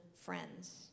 friends